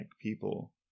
people